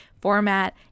format